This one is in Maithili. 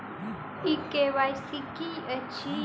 ई के.वाई.सी की अछि?